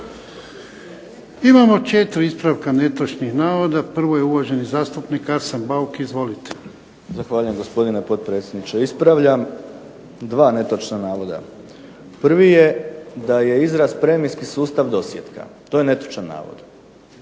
Imamo 4 ispravka netočnih navoda. Prvo je uvaženi zastupnik Arsen Bauk, izvolite. **Bauk, Arsen (SDP)** Zahvaljujem gospodine potpredsjedniče. Ispravljam 2 netočna navoda. Prvi je da je izraz premijski sustav dosjetka. To je netočan navod.